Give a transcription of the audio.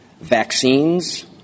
Vaccines